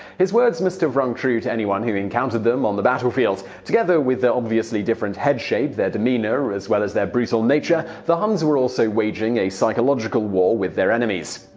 his words must have rung true to anyone who encountered them on the battlefield. together with their obviously different head shape, their demeanor, as well as their brutal nature, the huns were also waging a psychological war with their enemies.